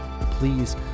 Please